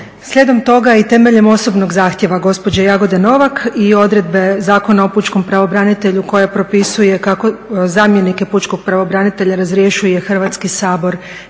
Slijedom toga i temeljem osobnog zahtjeva gospođe Jagode Novak i odredbe Zakona o pučkom pravobranitelju koja propisuje kako zamjenike pučkog pravobranitelja razrješuje Hrvatski sabor